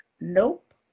Nope